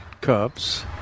cups